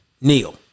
Neil